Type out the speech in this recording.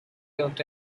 built